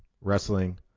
wrestling